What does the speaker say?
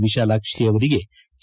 ವಿಶಾಲಾಕ್ಷಿ ಅವರಿಗೆ ಕೆ